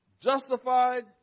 justified